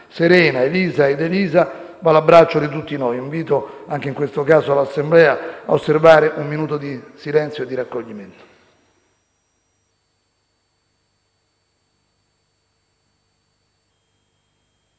Serena, Elisa ed Elisa va l'abbraccio di tutti noi. Invito anche in questo caso l'Assembla a osservare un minuto di silenzio e di raccoglimento.